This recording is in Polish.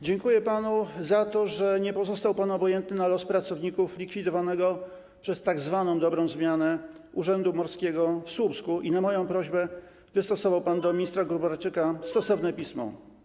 Dziękuję panu za to, że nie pozostał pan obojętny na los pracowników likwidowanego przez tzw. dobrą zmianę Urzędu Morskiego w Słupsku i na moją prośbę wystosował pan do ministra Gróbarczyka stosowne pismo.